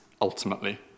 ultimately